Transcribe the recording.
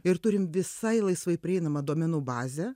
ir turim visai laisvai prieinamą duomenų bazę